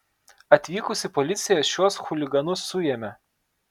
atvykusi policija šiuos chuliganus suėmė